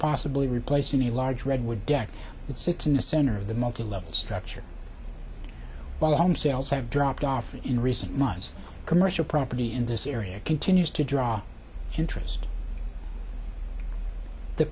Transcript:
possibly replacing a large redwood deck that sits in the center of the multi level structure while home sales have dropped off in recent months commercial property in this area continues to draw interest the